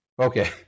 Okay